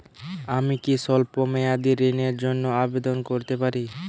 আমি কি স্বল্প মেয়াদি ঋণের জন্যে আবেদন করতে পারি?